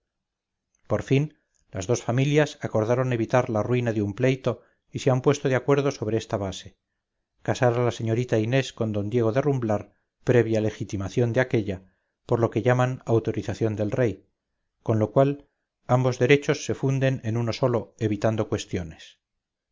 por fin las dos familias acordaron evitar la ruina de un pleito y se han puesto de acuerdo sobre esta base casar a la señorita inés con d diego de rumblar previa legitimación de aquella por lo que llaman autorización del rey con lo cual ambos derechos se funden en uno solo evitando cuestiones